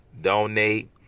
donate